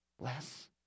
less